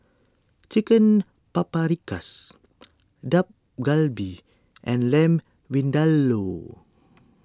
Chicken Paprikas Dak Galbi and Lamb Vindaloo